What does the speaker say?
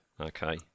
Okay